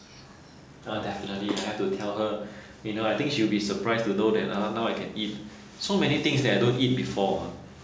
ha definitely I have to tell her you know I think she'll be surprised to know that ha now I can eat so many things that I don't eat before uh